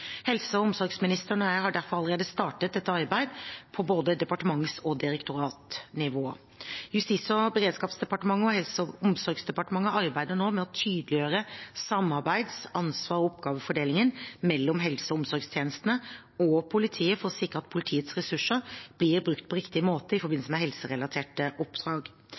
Helse- og omsorgsministeren og jeg har derfor allerede startet et arbeid på både departements- og direktoratsnivå. Justis- og beredskapsdepartementet og Helse- og omsorgsdepartementet arbeider nå med å tydeliggjøre samarbeid og ansvars- og oppgavefordelingen mellom helse- og omsorgstjenestene og politiet for å sikre at politiets ressurser blir brukt på riktig måte i forbindelse med helserelaterte oppdrag.